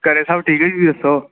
ਘਰੇ ਸਾਰੇ ਠੀਕ ਐ ਜੀ ਦੱਸੋ